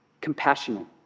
compassionate